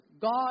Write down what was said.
God